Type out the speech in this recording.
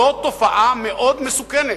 זו תופעה מאוד מסוכנת,